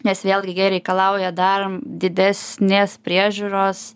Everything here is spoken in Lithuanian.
nes vėlgi jie reikalauja dar didesnės priežiūros